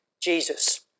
Jesus